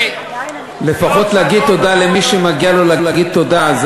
לפחות להגיד תודה למי שמגיע לו להגיד תודה.